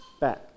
back